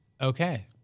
okay